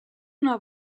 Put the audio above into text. una